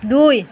দুই